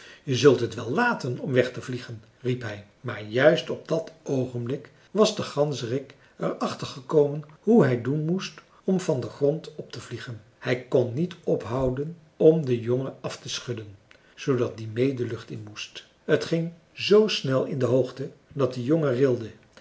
je zult het wel laten om weg te vliegen riep hij maar juist op dat oogenblik was de ganzerik er achter gekomen hoe hij doen moest om van den grond op te vliegen hij kon niet ophouden om den jongen af te schudden zoodat die mee de lucht in moest t ging z snel in de hoogte dat de jongen rilde